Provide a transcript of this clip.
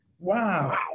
Wow